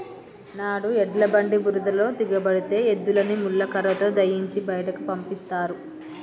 నాడు ఎడ్ల బండి బురదలో దిగబడితే ఎద్దులని ముళ్ళ కర్రతో దయియించి బయటికి రప్పిస్తారు